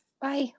Bye